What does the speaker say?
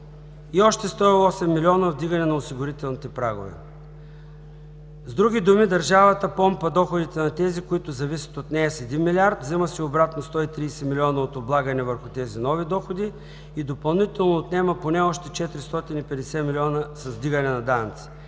и още 108 милиона вдигане на осигурителните прагове. С други думи, държавата помпа доходите на тези, които зависят от нея с 1 милиард, взема си обратно 130 милиона от облагане върху тези нови доходи и допълнително отнема поне още 450 милиона с вдигане на данъци.